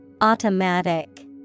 Automatic